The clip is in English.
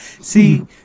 See